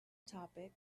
topic